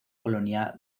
colonia